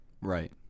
Right